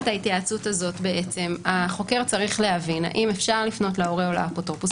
ההתייעצות הזאת החוקר צריך להבין האם אפשר לפנות להורה או לאפוטרופוס,